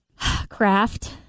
Craft